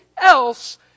else